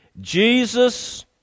Jesus